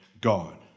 God